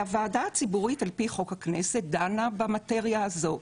הוועדה הציבורית לפי חוק הכנסת דנה במטריה הזאת.